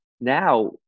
now